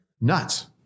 Nuts